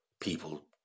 people